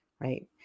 right